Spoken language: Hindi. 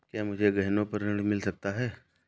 क्या मुझे गहनों पर ऋण मिल सकता है?